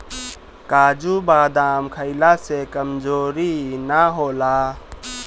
काजू बदाम खइला से कमज़ोरी ना होला